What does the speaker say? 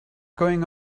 going